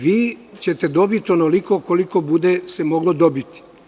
Vi ćete dobiti onoliko koliko se bude moglo dobiti.